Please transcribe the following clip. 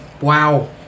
Wow